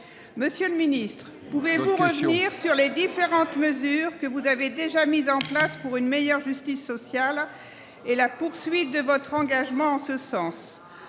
Monsieur le ministre, pouvez-vous revenir sur les différentes mesures que vous avez déjà mises en place pour assurer une meilleure justice sociale et poursuivre votre engagement en ce sens ?